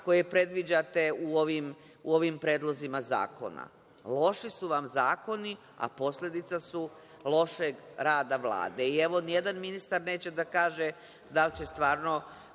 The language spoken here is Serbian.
koje predviđate u ovim predlozima zakona? Loši su vam zakoni, a posledice su lošeg rada Vlade. Evo, ni jedan ministar neće da kaže da li će stvarno